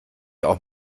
auch